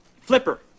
Flipper